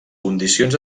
condicions